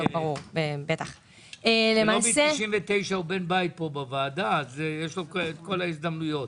לובי 99 הוא בן בית פה בוועדה אז יש לו כל ההזדמנויות.